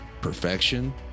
perfection